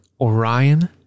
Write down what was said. Orion